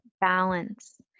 balance